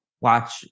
watch